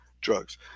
drugs